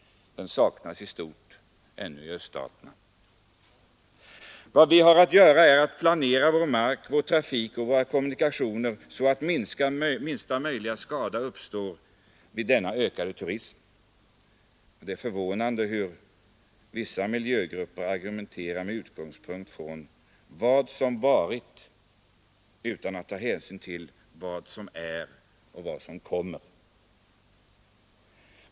Den saknas i stort sett ännu i öststaterna. Vad vi har att göra är att planera vår mark, vår trafik och våra kommunikationer så att minsta möjliga skada uppstår vid denna ökade turism. Det är förvånande hur vissa miljögrupper argumenterar med utgångspunkt i vad som varit utan att ta hänsyn till vad som är och vad som kommer.